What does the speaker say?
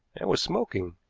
and was smoking.